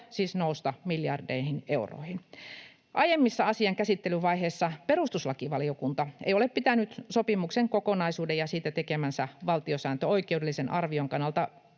siis nousta miljardeihin euroihin. Aiemmissa asian käsittelyvaiheissa perustuslakivaliokunta ei ole pitänyt sopimuksen kokonaisuuden ja siitä tekemänsä valtiosääntöoikeudellisen arvion kannalta